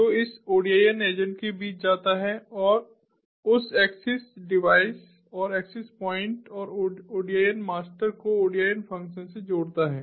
जो इस ODIN agent के बीच जाता है उस एक्सेस डिवाइस और एक्सेस प्वाइंट और ODIN मास्टर को ODIN फ़ंक्शन से जोड़ता है